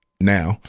now